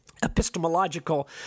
epistemological